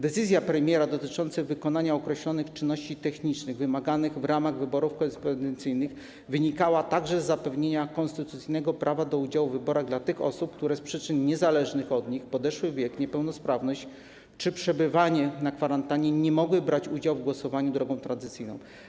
Decyzja premiera dotycząca wykonania określonych czynności technicznych wymaganych w ramach wyborów korespondencyjnych wynikała także z zapewnienia konstytucyjnego prawa do udziału w wyborach dla tych osób, które z przyczyn niezależnych od nich: podeszły wiek, niepełnosprawność czy przebywanie na kwarantannie, nie mogły brać udziału w głosowaniu drogą tradycyjną.